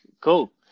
cool